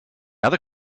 other